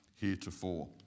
heretofore